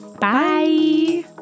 Bye